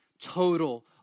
total